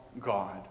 God